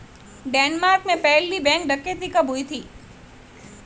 Denmark में पहली bank डकैती कब हुई थी?